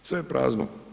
Sve je prazno.